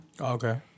Okay